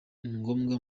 ngombwa